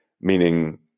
meaning